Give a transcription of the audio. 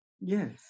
Yes